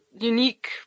unique